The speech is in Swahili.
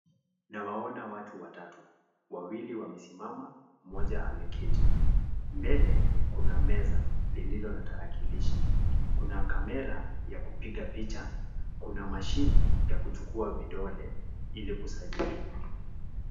Nawaona watu watatu. Wawili wamesimama, mmoja ameketi. Mbele, kuna meza lililo na tarakilishi. Kuna kamera, ya kupiga picha kuna mashini ya kuchukua vidole, ili kusajiliwa.